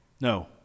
No